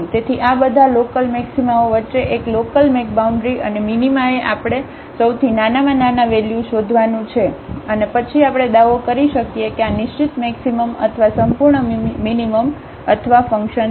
તેથી આ બધા લોકલમેક્સિમાઓ વચ્ચે એક લોકલમેક્બાઉન્ડ્રી અને મિનિમાએ આપણે સૌથી નાનામાં નાના વેલ્યુ શોધવાનું છે અને પછી આપણે દાવો કરી શકીએ કે આ નિશ્ચિત મેક્સિમમ અથવા સંપૂર્ણ મીનીમમ અથવા ફંકશન છે